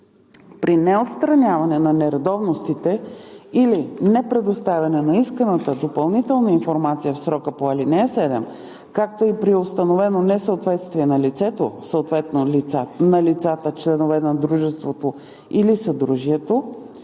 При неотстраняване на нередовностите или непредоставяне на исканата допълнителна информация в срока по ал. 7, както и при установено несъответствие на лицето, съответно на лицата – членове на дружеството или съдружието,